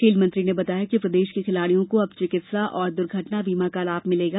खेल मंत्री ने बताया कि प्रदेश के खिलाड़ियों को अब चिकित्सा एवं दुर्घटना बीमा का लाभ मिलेगा